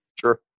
Sure